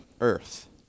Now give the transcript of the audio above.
earth